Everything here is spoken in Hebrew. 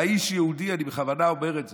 וה"איש יהודי" אני בכוונה אומר את זה,